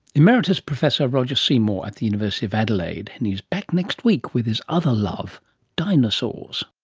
emeritus professor roger seymour at the university of adelaide. and he's back next week with his other love dinosaurs